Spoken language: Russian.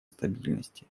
стабильности